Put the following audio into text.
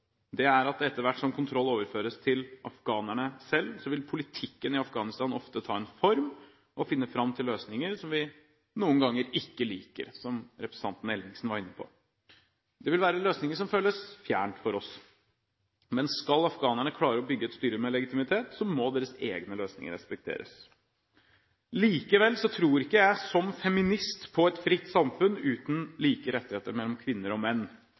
for, er at etter hvert som kontroll overføres til afghanerne selv, vil politikken i Afghanistan ofte ta en form og finne fram til løsninger som vi noen ganger ikke liker, som representanten Ellingsen var inne på. Det vil være løsninger som føles fjerne for oss, men skal afghanerne klare å bygge et styre med legitimitet, må deres egne løsninger respekteres. Likevel tror ikke jeg, som feminist, på et fritt samfunn uten like rettigheter for kvinner og menn.